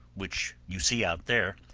which you see out there,